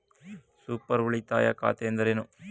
Super ಉಳಿತಾಯ ಖಾತೆ ಎಂದರೇನು?